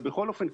בכל אופן,